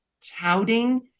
touting